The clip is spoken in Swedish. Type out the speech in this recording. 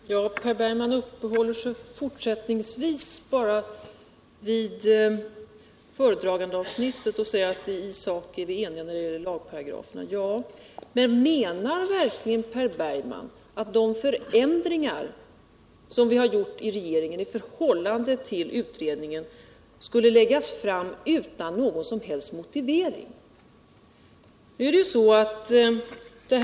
Herr talman! Per Bergman uppehåller sig fortfarande bara vid föredragandeavsnittet och säger att i sak är vi eniga när det gäller lagparagraferna. Ja, men menar verkligen Per Bergman att de förändringar som regeringen har gjort i förhållande till utredningen skulle läggas fram utan någon som helst — Nr 155 motivering?